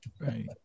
Right